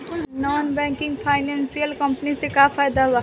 Non banking financial company से का फायदा बा?